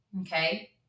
Okay